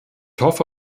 hoffe